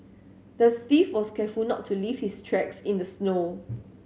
the thief was careful not to leave his tracks in the snow